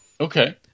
Okay